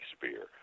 Shakespeare